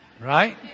right